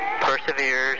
perseveres